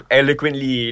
eloquently